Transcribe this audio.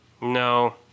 No